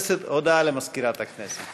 הודעה למזכירת הכנסת.